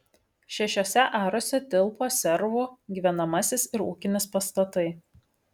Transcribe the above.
šešiuose aruose tilpo servų gyvenamasis ir ūkinis pastatai